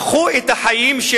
הפכו את החיים של